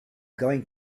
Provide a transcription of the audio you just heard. going